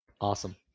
Awesome